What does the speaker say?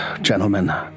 gentlemen